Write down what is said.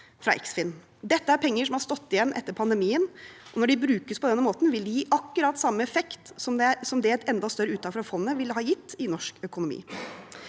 Dette er penger som har stått igjen etter pandemien som, når de brukes på denne måten, vil gi akkurat samme effekt som det et enda større uttak fra fondet ville ha gitt i norsk økonomi.